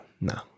no